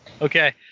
Okay